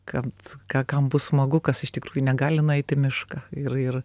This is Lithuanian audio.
kad ką kam bus smagu kas iš tikrųjų negali nueit į mišką ir ir